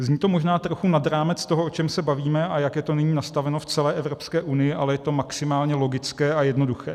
Zní to možná trochu nad rámec toho, o čem se bavíme a jak je to nyní nastaveno v celé Evropské unii, ale je to maximálně logické a jednoduché.